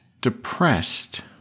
depressed